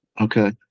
Okay